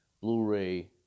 Blu-ray